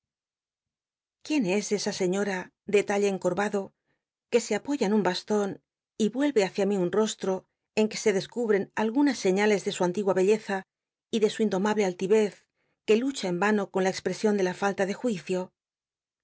qtüén es esa seño ra de talle encorbado que se apoya en un baston y vuelye h icia mi un rostro en que se descubren algunas señales de su antigua belleza y de su indomable altivez que lucha en vano con la exll esion de la falk de juicio